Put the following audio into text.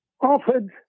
offered